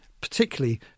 particularly